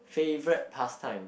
favourite pastime